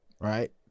Right